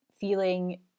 feeling